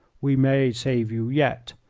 we may save you yet.